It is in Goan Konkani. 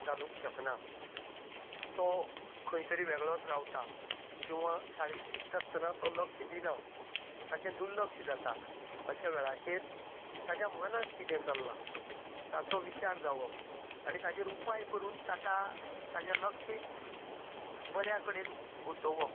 घालूक शकना तो खंय तरी वेगळोच रावता किंवां शाळेंत शिकता आसतना तो लक्ष दिना ताचे दुर्लक्ष जाता अशें वेळाचेर ताच्या मनांत कितें चल्लां ताचो विचार जावप आनी ताचेर उपाय करून ताका ताजे लक्ष बऱ्या कडेन गुंतोवप